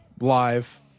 live